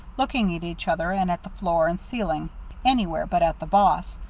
looking at each other and at the floor and ceiling anywhere but at the boss,